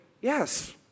yes